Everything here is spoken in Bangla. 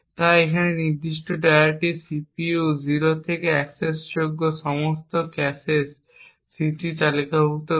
তাই এই নির্দিষ্ট ডিরেক্টরিটি CPU 0 থেকে অ্যাক্সেসযোগ্য সমস্ত ক্যাশে স্মৃতি তালিকাভুক্ত করে